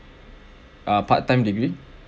uh part time degree